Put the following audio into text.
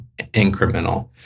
incremental